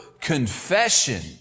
confession